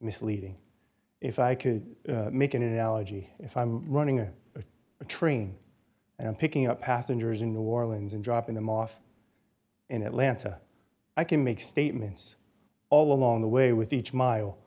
misleading if i could make an analogy if i'm running a train and i'm picking up passengers in new orleans and dropping them off in atlanta i can make statements all along the way with each mile